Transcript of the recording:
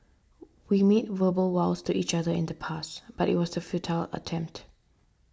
we made verbal vows to each other in the past but it was a futile attempt